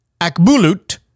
Akbulut